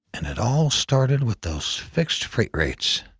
and it all started with those fixed freight rates.